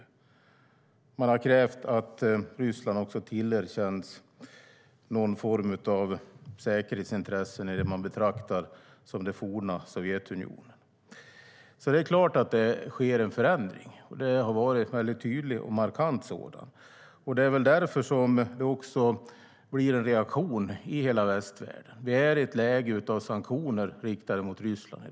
Ryssland har också krävt att det tillerkänns någon form av säkerhetsintresse i det man betraktar som det forna Sovjetunionen.Det är klart att det skett en förändring. Den har varit mycket tydlig och markant. Det är väl därför det blir en reaktion i hela västvärlden. Vi är i dag i ett läge av sanktioner riktade mot Ryssland.